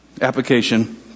application